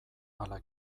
ala